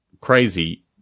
crazy